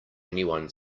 anyone